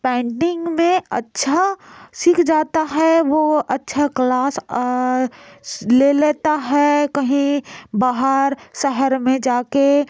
painting में अच्छा सीख जाता है वह अच्छा क्लास ले लेता है कहीं बाहर शहर में जाकर